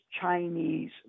Chinese